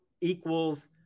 equals